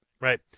right